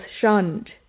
shunned